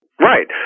Right